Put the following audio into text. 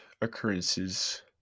occurrences